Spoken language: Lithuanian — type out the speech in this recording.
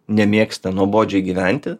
nemėgsta nuobodžiai gyventi